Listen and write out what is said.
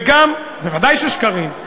בוודאי שקרים.